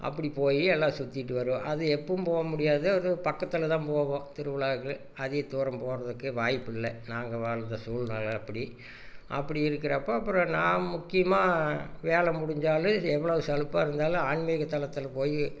அப்படி போய் எல்லாம் சுத்திட்டு வருவோம் அது எப்போவும் போக முடியாது அது ஒரு பக்கத்தில் தான் போவோம் திருவிழாவுக்கு அதிக தூரம் போகிறதுக்கு வாய்ப்பில்லை நாங்கள் வாழ்ந்த சூழ்நில அப்படி அப்படி இருக்கிறப்ப அப்பறம் நான் முக்கியமாக வேலை முடிஞ்சாலும் எவ்வளோ சலிப்பா இருந்தாலும் ஆன்மீக தலத்தில் போய்